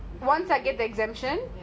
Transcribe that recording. once I get the exemption